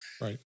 Right